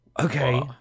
Okay